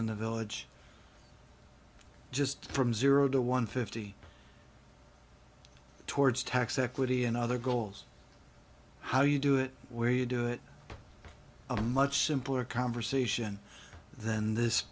in the village just from zero to one fifty towards tax equity and other goals how you do it where you do it a much simpler conversation than this